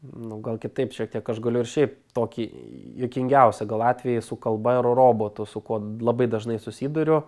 nu gal kitaip šiek tiek aš galiu ir šiaip tokį juokingiausią gal atvejį su kalba ir robotu su kuo labai dažnai susiduriu